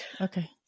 Okay